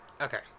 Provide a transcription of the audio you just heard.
Okay